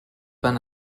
van